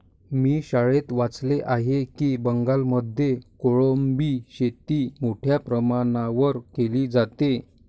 मी शाळेत वाचले आहे की बंगालमध्ये कोळंबी शेती मोठ्या प्रमाणावर केली जाते